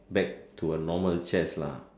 back to a normal chest lah